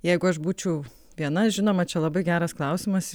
jeigu aš būčiau viena žinoma čia labai geras klausimas